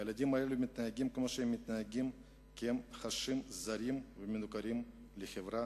הילדים הללו מתנהגים כפי שהם מתנהגים כי הם חשים זרים ומנוכרים לחברה